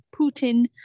Putin